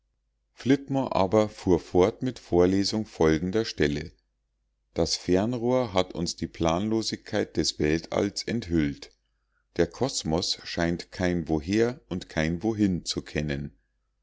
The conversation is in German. flitmore aber fuhr fort mit vorlesung folgender stelle das fernrohr hat uns die planlosigkeit des weltalls enthüllt der kosmos scheint kein woher und kein wohin zu kennen